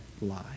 lie